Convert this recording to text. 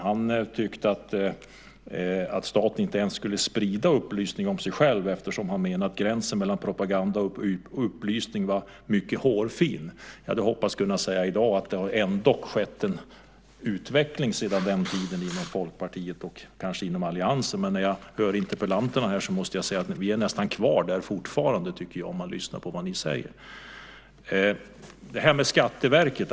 Han tyckte att staten inte ens skulle sprida upplysningar om sig själv eftersom, menade han, gränsen mellan propaganda och upplysning var hårfin. Jag hade hoppats att i dag kunna säga att det ändå har skett en utveckling sedan den tiden inom Folkpartiet och kanske också inom alliansen. Men när jag lyssnar på deltagarna i den här interpellationsdebatten måste jag säga att vi nästan är kvar där fortfarande. Sedan har vi det här med Skatteverket.